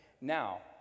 now